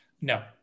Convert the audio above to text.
No